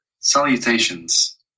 Salutations